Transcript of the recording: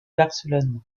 barcelone